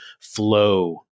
flow